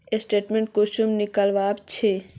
Statement कुंसम निकलाबो छी?